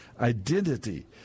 identity